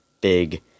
big